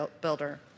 builder